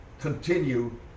continue